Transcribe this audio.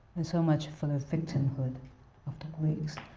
and so much for the victimhood of the greeks.